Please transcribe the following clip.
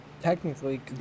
technically